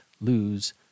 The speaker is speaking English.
lose